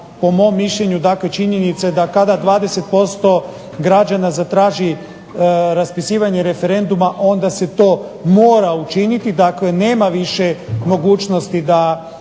po mom mišljenju, dakle činjenica je da kada 20% građana zatraži raspisivanje referenduma onda se to mora učiniti. Dakle, nema više mogućnosti da